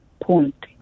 point